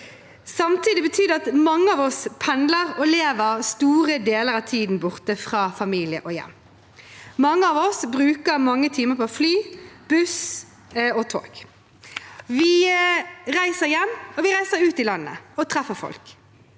Samtidig betyr det at mange av oss pendler og lever store deler av tiden borte fra familie og hjem. Mange av oss bruker mange timer på fly, buss og tog. Vi reiser hjem, og vi reiser ut i landet og treffer folk.